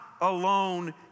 alone